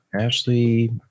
Ashley